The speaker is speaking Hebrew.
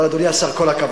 אבל, אדוני השר, כל הכבוד.